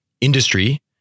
Industry